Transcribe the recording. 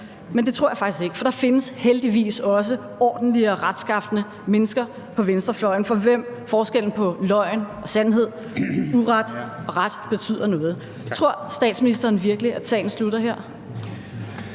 men det tror jeg faktisk ikke. For der findes heldigvis også ordentlige og retskafne mennesker på venstrefløjen, for hvem forskellen på løgn og sandhed, uret og ret betyder noget. Tror statsministeren virkelig, at sagen slutter her?